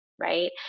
right